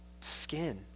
skin